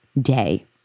day